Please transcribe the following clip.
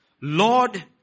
Lord